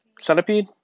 Centipede